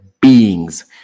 beings